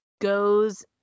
goes